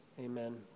Amen